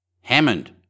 Hammond